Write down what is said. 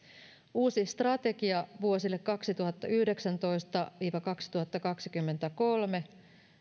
uusi strategia vuosille kaksituhattayhdeksäntoista viiva kaksituhattakaksikymmentäkolme